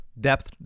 Depth